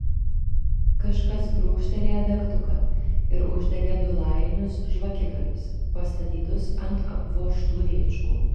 kažkas brūkštelėjo degtuką ir uždegė du lajinius žvakigalius pastatytus ant apvožtų rėčkų